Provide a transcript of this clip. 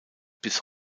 bis